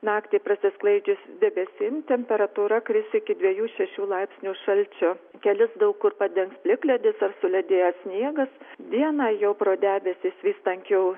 naktį prasisklaidžius debesim temperatūra kris iki dvejų šešių laipsnių šalčio kelius daug kur padengs plikledis ar suledėjęs sniegas dieną jau pro debesis vis tankiau